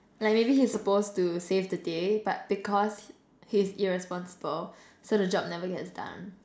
like maybe he's supposed to save the day but because he's irresponsible so the job never gets done